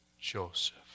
Joseph